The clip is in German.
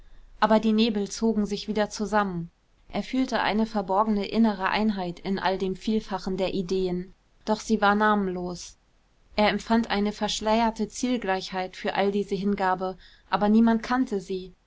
aber die nebel zogen sich wieder zusammen er fühlte eine verborgene innere einheit in all dem vielfachen der ideen doch sie war namenlos er empfand eine verschleierte zielgleichheit für all diese hingabe aber niemand kannte sie